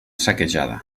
saquejada